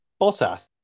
Bottas